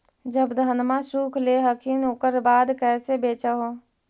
जब धनमा सुख ले हखिन उकर बाद कैसे बेच हो?